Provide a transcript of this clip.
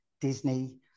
Disney